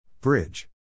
Bridge